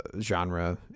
genre